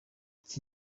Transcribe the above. iki